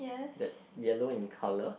that's yellow in colour